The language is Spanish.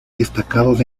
destacados